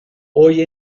hoy